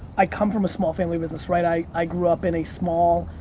i come from a small family business, right? i i grew up in a small,